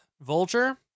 Vulture